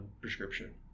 prescription